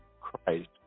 Christ